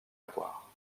boire